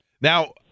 Now